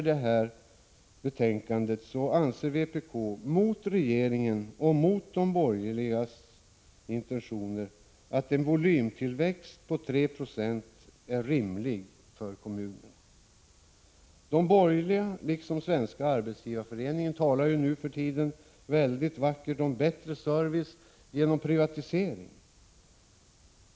I det nu aktuella betänkandet anser vpk, mot regeringen och mot de borgerligas intentioner, att en volymtillväxt på 3 20 är rimlig för kommunerna. De borgerliga, liksom Svenska arbetsgivareföreningen, talar nu för tiden mycket vackert om bättre service genom privatisering.